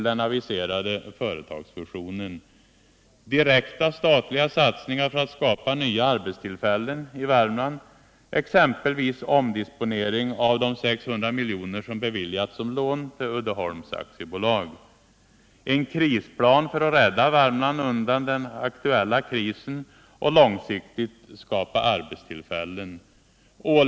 Direkta statliga satsningar för att skapa nya arbetstillfällen i Värmland, exempelvis omdisponering av de 600 miljoner som beviljats som lån till Uddeholms AB. 3. En krisplan för att rädda Värmland undan den aktuella krisen och för att långsiktigt skapa arbetstillfällen. 4.